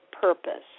purpose